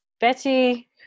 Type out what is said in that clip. Betty